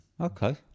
Okay